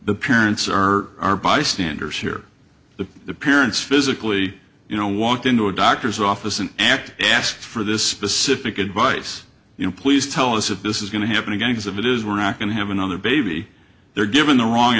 the parents are are bystanders here the parents physically you know walked into a doctor's office and asked ask for this specific advice you know please tell us if this is going to happen again as if it is we're not going to have another baby they're given the wrong